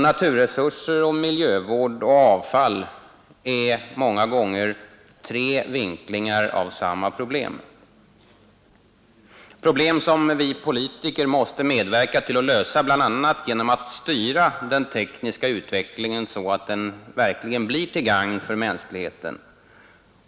Naturresurser, miljövård och avfall är många gånger tre vinklingar av samma problem — problem som vi politiker måste medverka till att lösa bl.a. genom att styra den tekniska utvecklingen så att den verkligen blir till gagn för mänskligheten.